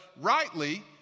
rightly